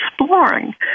exploring